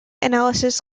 analysis